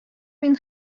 мин